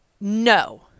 No